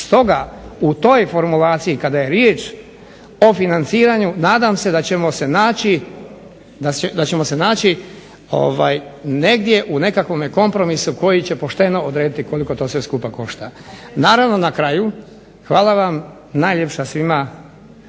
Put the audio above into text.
Stoga, u toj formulaciji kada je riječ o financiranju nadam se da ćemo se naći negdje u nekakvom kompromisu koji će pošteno odrediti koliko to sve skupa košta. Naravno na kraju hvala vam najljepša svima